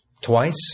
Twice